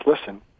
Listen